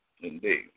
indeed